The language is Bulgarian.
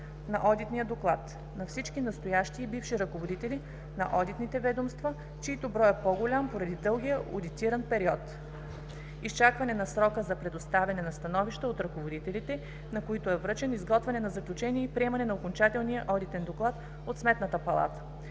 на одитния доклад на всички настоящи и бивши ръководители на одитираните ведомства, чиито брой е по-голям поради дългия одитиран период, изчакване на срока за предоставяне на становища от ръководителите, на които е връчен, изготвяне на заключение и приемане на окончателния Одитен доклад от Сметната палата.